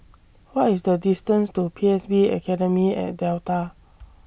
What IS The distance to P S B Academy At Delta